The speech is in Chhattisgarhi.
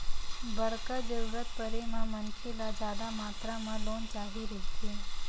बड़का जरूरत परे म मनखे ल जादा मातरा म लोन चाही रहिथे